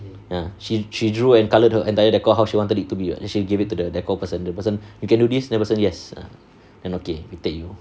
ya she she drew and coloured her entire decor how she wanted it to be [what] then she give it to the decor person the person you can do this person yes ah and okay we take you